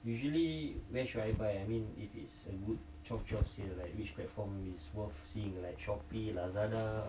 usually